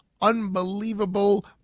unbelievable